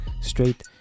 straight